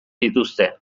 dituzte